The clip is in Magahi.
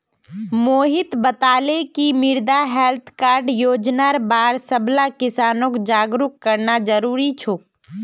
मोहित बताले कि मृदा हैल्थ कार्ड योजनार बार सबला किसानक जागरूक करना जरूरी छोक